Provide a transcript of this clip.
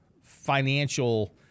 financial